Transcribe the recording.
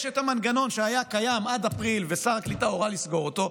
יש את המנגנון שהיה קיים עד אפריל ושר הקליטה הורה לסגור אותו,